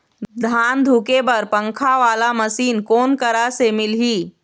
धान धुके बर पंखा वाला मशीन कोन करा से मिलही?